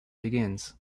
begins